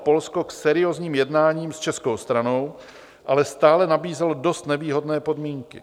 Polsko k seriózním jednáním s českou stranou, ale stále nabízelo dost nevýhodné podmínky.